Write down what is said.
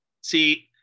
See